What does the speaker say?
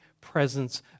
presence